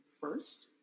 first